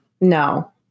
No